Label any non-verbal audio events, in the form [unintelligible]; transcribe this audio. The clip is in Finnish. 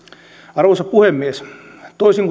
arvoisa puhemies toisin [unintelligible]